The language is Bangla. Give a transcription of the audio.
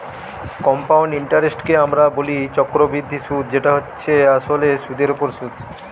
কম্পাউন্ড ইন্টারেস্টকে আমরা বলি চক্রবৃদ্ধি সুধ যেটা হচ্ছে আসলে সুধের ওপর সুধ